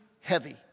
heavy